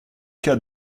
cas